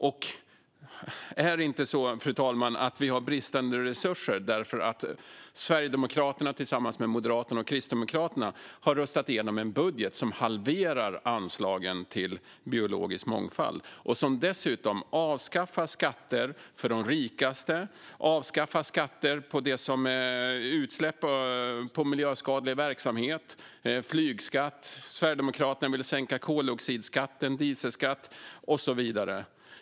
Är det inte så, fru talman, att vi har bristande resurser därför att Sverigedemokraterna tillsammans med Moderaterna och Kristdemokraterna har röstat igenom en budget som halverar anslagen till biologisk mångfald och dessutom avskaffar skatter för de rikaste, skatter på utsläpp från miljöskadlig verksamhet och flygskatt? Sverigedemokraterna ville sänka koldioxidskatten, dieselskatten och så vidare.